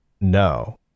no